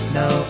no